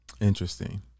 Interesting